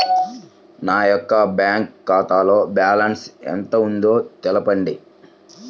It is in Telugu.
నా యొక్క బ్యాంక్ ఖాతాలో బ్యాలెన్స్ ఎంత ఉందో తెలపండి?